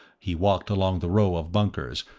he walked along the row of bunkers,